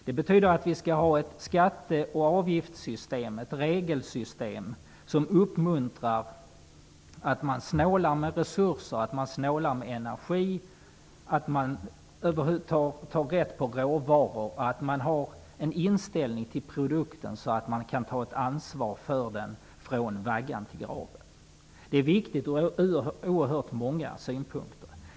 Det betyder att det skall vara ett skatte och avgiftssystem -- ett regelsystem -- som uppmuntrar att man snålar med resurser och energi och att man tar vara på råvaror och har den inställningen till produkten att man kan ta ansvar för den från vaggan till graven. Detta är viktigt från oerhört många synpunkter.